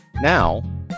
Now